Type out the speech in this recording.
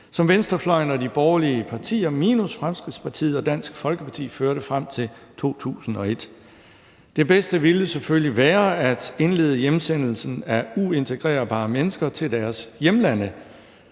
som venstrefløjen og de borgerlige partier minus Fremskridtspartiet og Dansk Folkeparti førte frem til 2001. Det bedste ville selvfølgelig være at indlede hjemsendelsen af uintegrerbare mennesker til deres hjemlande.